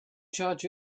charge